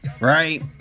Right